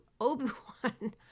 Obi-Wan